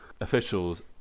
officials